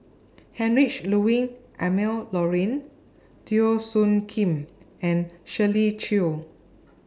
Heinrich Ludwig Emil Luering Teo Soon Kim and Shirley Chew